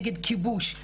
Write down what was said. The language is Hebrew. נגד כיבוש,